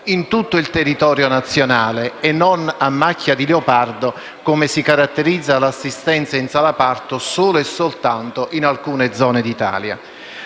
in tutto il territorio nazionale e non a macchia di leopardo come si caratterizza l'assistenza in sala parto solo e soltanto in alcune zone d'Italia.